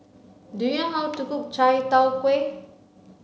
do you how to cook chai tow kway